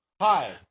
Hi